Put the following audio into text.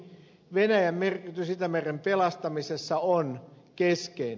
venäjän merkitys itämeren pelastamisessa on keskeinen